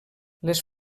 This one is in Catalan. les